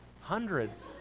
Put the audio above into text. Hundreds